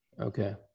Okay